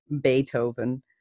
Beethoven